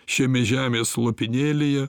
šiame žemės lopinėlyje